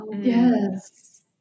yes